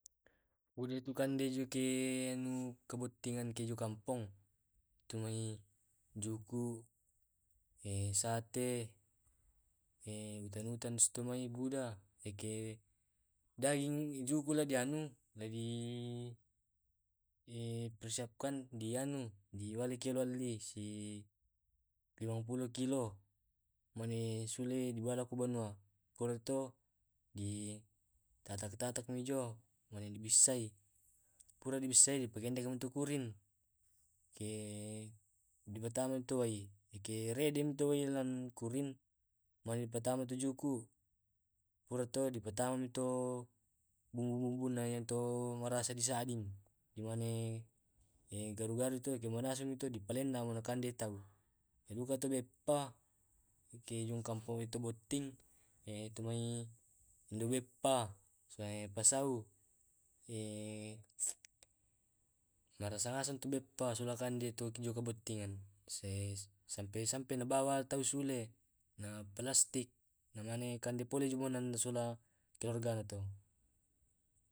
Uli tu kande juke eh anu kabuttingeng ke ju kampong tumai juku, sate utan utan stumai buda. Eke, daeng juku la dianu la di persiapkan di anu diwale ko alli si limampulo kilo mane sule di wala ku benua. Purai to di di tatak tatakmi jo mani di bissai, purai di bissai, dipakendemi tu kurin ke di patama mi tu wai. Eke redemi tu wai lan kurin, mani di patamani tu kujuku. Pura to mane dipattama mi to bumbu bumbunna yatto marasa di sadding. Dimane garu garu to, jomanasumi dipalenne na kande tau. Iyaduka tu beppa, ekejong kampong ito botting, itumai indo beppa, soe pasau marasa ngasang tu beppa sola kande tu ke joka bottingan, sampe sampe nabawa tau sule na palastik, nakande pole jonganna sula keluarganato